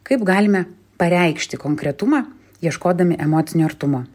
kaip galime pareikšti konkretumą ieškodami emocinio artumo